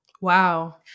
Wow